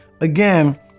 Again